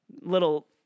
little